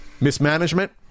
Mismanagement